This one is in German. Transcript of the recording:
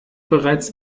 bereits